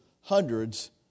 hundreds